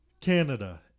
Canada